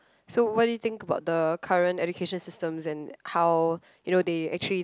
so what do you think about the current education systems and how you know they actually